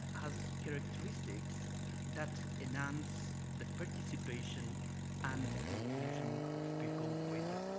has characteristics that announce the participation and inclusion of people with